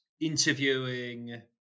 interviewing